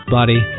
body